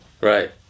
Right